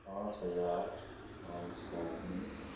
पाँच हज़ार पाँच सौ बीस